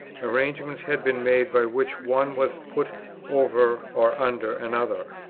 arrangements had been made by which one was put over or under another.